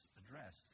address